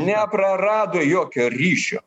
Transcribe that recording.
neprarado jokio ryšio